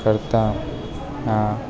કરતાં આ